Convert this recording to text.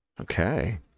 Okay